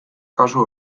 kasu